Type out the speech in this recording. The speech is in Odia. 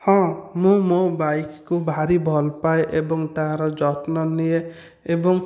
ହଁ ମୁଁ ମୋ ବାଇକ କୁ ଭାରି ଭଲପାଏ ଏବଂ ତାହାର ଯତ୍ନ ନିଏ ଏବଂ